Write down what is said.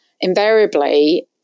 invariably